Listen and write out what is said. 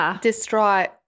distraught